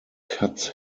cuts